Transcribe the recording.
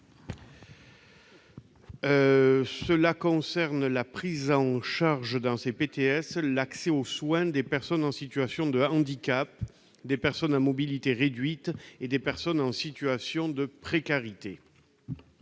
à prévoir la prise en charge, au sein des PTS, de l'accès aux soins des personnes en situation de handicap, des personnes à mobilité réduite et des personnes en situation de précarité.